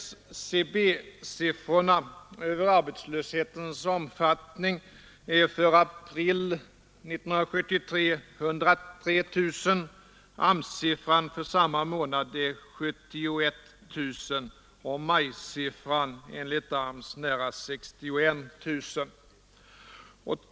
SCB-siffrorna över arbetslöshetens omfattning är 103 000 för april månad 1973, AMS-siffran för samma månad 71 000 och maj-siffran enligt AMS nära 61 000.